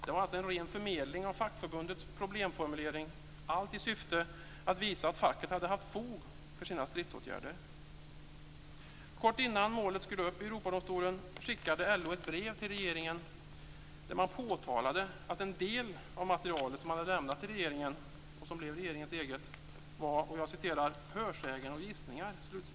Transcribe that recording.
Det var alltså en ren förmedling av fackförbundets problemformulering, allt i syfte att visa att facket hade haft fog för sina stridsåtgärder. Kort innan målet skulle upp i Europadomstolen skickade LO ett brev till regeringen där man påtalade att en del av materialet som man hade lämnat till regeringen, och som blev regeringens eget, var "hörsägen och gissningar".